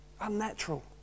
Unnatural